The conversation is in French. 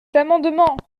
amendement